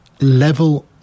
level